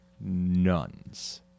nuns